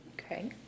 Okay